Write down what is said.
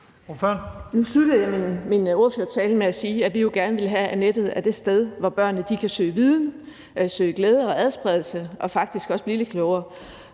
Nu sluttede jeg min ordførertale af med at sige, at vi jo gerne vil have, at nettet er det sted, hvor børnene kan søge viden, søge glæde og adspredelse og faktisk også blive lidt klogere,